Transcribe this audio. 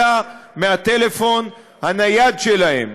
אלא מהטלפון הנייד שלהם?